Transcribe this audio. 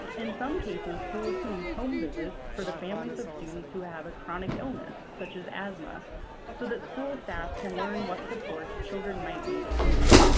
in some cases, schools can use home visits for the families of students who have a chronic illness such as asthma so that school staff can learn what supports children might need at school.